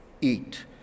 eat